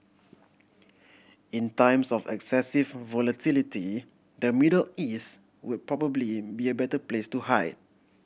in times of excessive volatility the Middle East would probably be a better place to hide